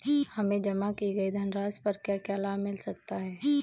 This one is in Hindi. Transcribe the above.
हमें जमा की गई धनराशि पर क्या क्या लाभ मिल सकता है?